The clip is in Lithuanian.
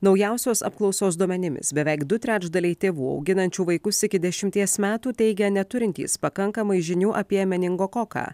naujausios apklausos duomenimis beveik du trečdaliai tėvų auginančių vaikus iki dešimties metų teigia neturintys pakankamai žinių apie meningokoką